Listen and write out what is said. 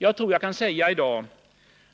Jag tror att jag i dag kan säga